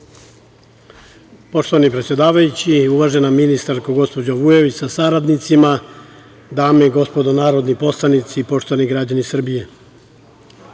Poštovani predsedavajući, uvažena ministarko gospođo Vujović sa saradnicima, dame i gospodo narodni poslanici, poštovani građani Srbije,